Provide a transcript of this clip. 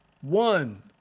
One